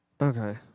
Okay